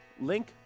Link